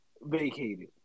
vacated